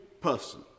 person